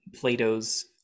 Plato's